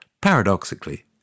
Paradoxically